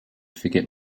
forget